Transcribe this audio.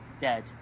dead